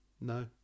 No